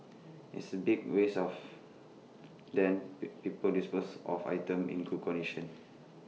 it's A big waste of then be people dispose of items in good condition